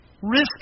Risk